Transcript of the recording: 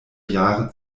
jahre